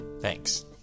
Thanks